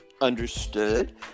understood